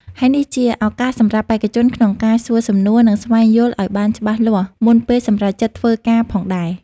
ហើយនេះជាឱកាសសម្រាប់បេក្ខជនក្នុងការសួរសំណួរ និងស្វែងយល់ឲ្យបានច្បាស់លាស់មុនពេលសម្រេចចិត្តធ្វើការផងដែរ។